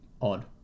odd